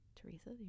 Teresa